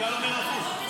כבוד היושב-ראש,